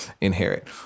inherit